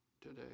today